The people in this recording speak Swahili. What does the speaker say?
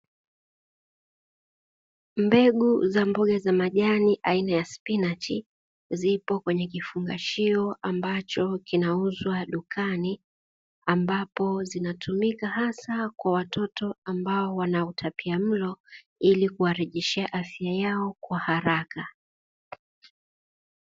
Mbegu za mboga za majani aina ya spinachi zipo kwenye kifungashio ambacho kinauzwa dukani ambapo zinatumika hasa kwa watoto ambao wana utapiamlo ili kuwarejeshea afya yao kwa haraka.